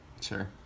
Sure